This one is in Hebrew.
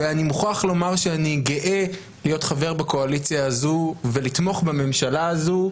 אני מוכרח לומר שאני גאה להיות חבר בקואליציה הזו ולתמוך בממשלה הזו,